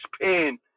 pain